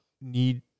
need